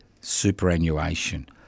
superannuation